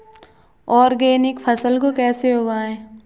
Organic फसल को कैसे उगाएँ?